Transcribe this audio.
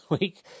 week